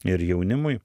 ir jaunimui